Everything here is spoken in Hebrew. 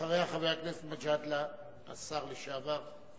אחריה, חבר הכנסת מג'אדלה, השר לשעבר.